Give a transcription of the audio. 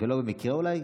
ולא במקרה, אולי,